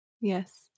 yes